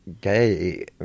gay